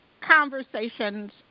conversations